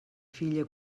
filla